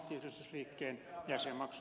täällä ed